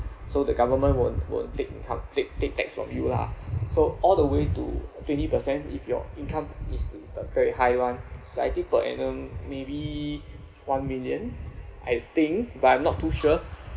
so the government won't won't take income paid paid backs from you lah so all the way to twenty percent if your income is uh a very high one like I think per annum maybe one million I think but I'm not too sure